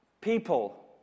people